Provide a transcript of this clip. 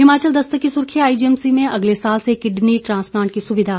हिमाचल दस्तक की सुर्खी है आईजीएमसी में अगले साल से किडनी ट्रांसप्लांट की सुविधा